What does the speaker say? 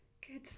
good